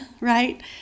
right